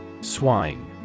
Swine